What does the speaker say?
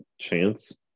chance